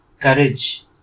courage